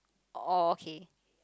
oh okay